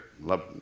Love